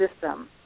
system